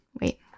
wait